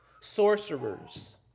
sorcerers